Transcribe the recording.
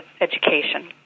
education